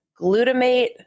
glutamate